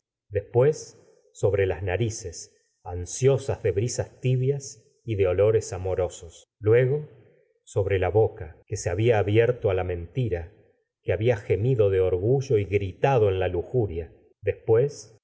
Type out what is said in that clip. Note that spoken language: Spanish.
después sobre las narices ansiosas de brisas tibias y de olores amorosos luego sobre la boca que se hábia abierto á la mentira que había gemido de orgullo y gritado en la lujuria después